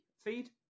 feed